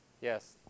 Yes